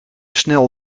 snel